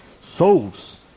souls